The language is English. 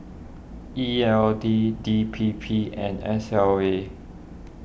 E L D D P P and S L A